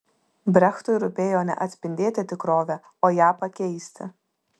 brechtui rūpėjo ne atspindėti tikrovę o ją pakeisti